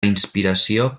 inspiració